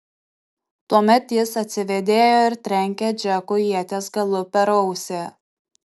tuomet jis atsivėdėjo ir trenkė džekui ieties galu per ausį